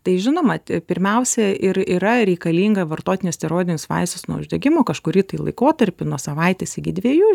tai žinoma pirmiausia ir yra reikalinga vartoti nesteroidinius vaistus nuo uždegimo kažkurį laikotarpį nuo savaitės iki dviejų